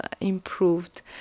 improved